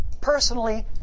personally